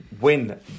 win